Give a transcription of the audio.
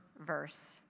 verse